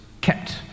kept